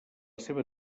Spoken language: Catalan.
seva